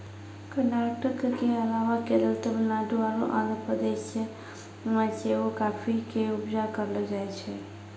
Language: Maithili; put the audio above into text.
कर्नाटक के अलावा केरल, तमिलनाडु आरु आंध्र प्रदेश मे सेहो काफी के उपजा करलो जाय छै